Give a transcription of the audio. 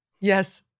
Yes